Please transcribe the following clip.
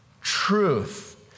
truth